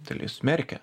dalis smerkia